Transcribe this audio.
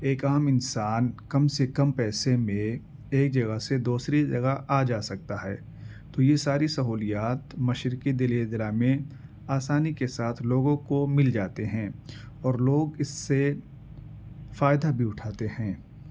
ایک عام انسان کم سے کم پیسے میں ایک جگہ سے دوسری جگہ آ جا سکتا ہے تو یہ ساری سہولیات مشرکی دلی ضلع میں آسانی کے ساتھ لوگوں کو مل جاتے ہیں اور لوگ اس سے فائدہ بھی اٹھاتے ہیں